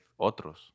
otros